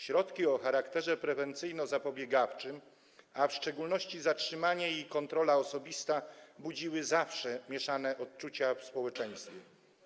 Środki o charakterze prewencyjno-zapobiegawczym, a w szczególności zatrzymanie i kontrola osobista, budziły zawsze mieszanie uczucia w społeczeństwie.